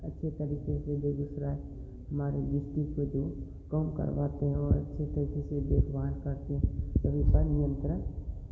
अच्छे तरीक़े से बेगूसराय हमारे डीस्ट्रिक्ट को जो काम करवाते हैं और अच्छे तरीक़े से देखभाल करते हैं हमेशा नियंत्रण